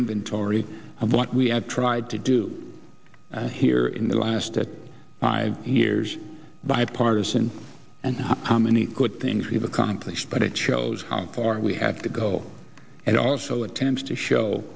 inventory of what we have tried to do here in the last it by years bipartisan and how many good things we have accomplished but it shows how far we have to go it also attempts to show